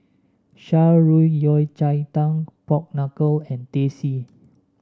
Shan Rui Yao Cai Tang Pork Knuckle and Teh C